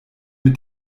mit